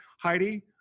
Heidi